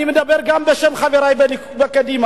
אני מדבר גם בשם חברי בקדימה.